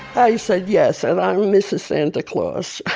i said, yes, and i'm mrs. santa claus